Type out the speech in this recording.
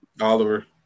Oliver